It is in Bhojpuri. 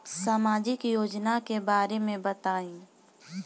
सामाजिक योजना के बारे में बताईं?